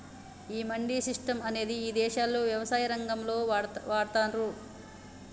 ఈ మండీ సిస్టం అనేది ఇదేశాల్లో యవసాయ రంగంలో వాడతాన్రు